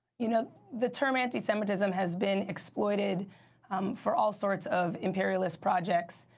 you know, the term anti-semitism has been exploited for all sorts of imperialist projects.